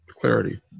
clarity